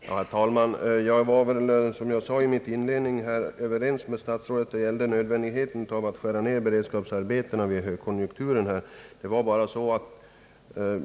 Herr talman! Jag var, som jag sade i mitt inledningsanförande, överens med herr statsrådet om nödvändigheten av att begränsa beredskapsarbetena under högkonjunkturerna.